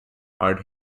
hard